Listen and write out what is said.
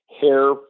Hair